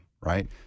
right